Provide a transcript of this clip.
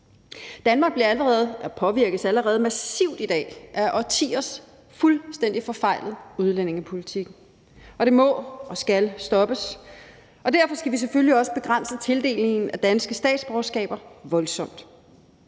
Danmark påvirkes allerede massivt i dag af årtiers fuldstændig forfejlet udlændingepolitik, og det må og skal stoppes, og derfor skal vi selvfølgelig også begrænse tildelingen af danske statsborgerskaber voldsomt.